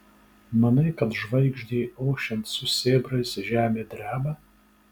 manai kad žvaigždei ošiant su sėbrais žemė dreba